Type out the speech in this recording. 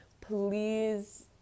please